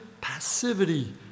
passivity